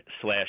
slash